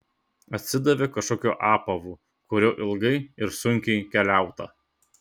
atsidavė kažkokiu apavu kuriuo ilgai ir sunkiai keliauta